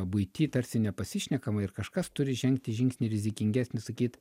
buity tarsi nepasišnekama ir kažkas turi žengti žingsnį rizikingesnį sakyt